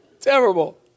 Terrible